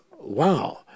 Wow